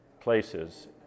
places